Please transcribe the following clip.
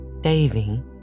Davy